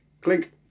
Clink